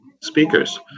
speakers